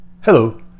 Hello